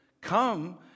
come